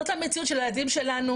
זאת המציאות של הילדים שלנו